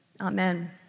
amen